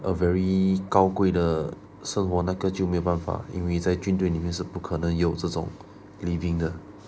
a very 高贵的生活那个就没有办法因为在军队里面是不可能有这种 living 的